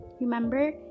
Remember